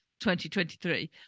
2023